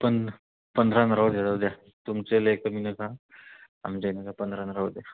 पण पंधरानं राहू द्या राहू द्या तुमचे लय कमी नका आमच्याही नका पंधरानं राहू द्या